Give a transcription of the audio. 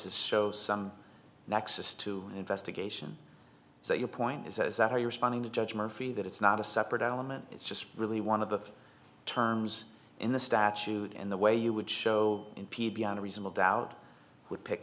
is so some nexus to investigation so your point is that is that how you responding to judge murphy that it's not a separate element it's just really one of the terms in the statute and the way you would show impede beyond a reasonable doubt would pick